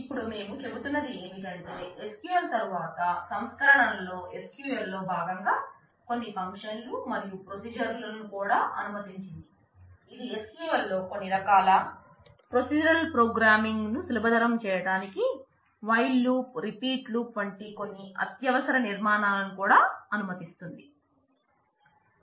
ఇప్పుడు మేము చెబుతున్నది ఏమిటంటే SQL తరువాత సంస్కరణల్లో SQL లో భాగంగా కొన్ని ఫంక్షన్లు వంటి కొన్ని అత్యవసర నిర్మాణాలను కూడా అనుమతించింది